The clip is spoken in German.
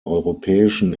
europäischen